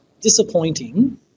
disappointing